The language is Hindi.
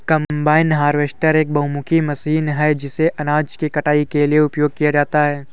कंबाइन हार्वेस्टर एक बहुमुखी मशीन है जिसे अनाज की कटाई के लिए उपयोग किया जाता है